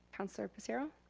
councilor passero.